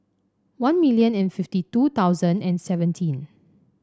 one million and fifty two thousand and seventeen